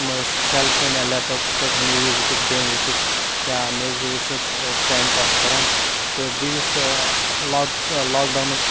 تِم ٲسۍ cell phone یا لٮ۪پٹاپسٕے پٮ۪ٹھ موٗوی وٕچھِتھ گیمہٕ وٕچھِتھ یا نِوزٕ وٕچھِتھ ٲسۍ ٹایم پاس کَران تہٕ بیٚیہِ یُس لاک لاکڈاونُک